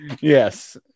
yes